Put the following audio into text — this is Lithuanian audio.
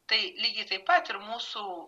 tai lygiai taip pat ir mūsų